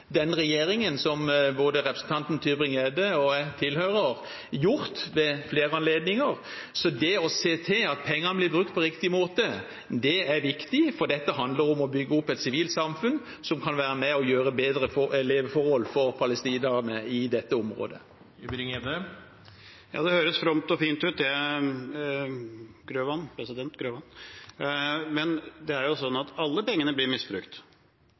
den regjeringen som både representanten Tybring-Gjedde og jeg har hatt tilhørighet til, gjort ved flere anledninger. Det å se til at pengene blir brukt på riktig måte, er viktig, for dette handler om å bygge opp et sivilt samfunn som kan være med og gi bedre leveforhold for palestinerne i dette området. Ja, det høres fromt og fint ut, men det er jo sånn at alle pengene blir misbrukt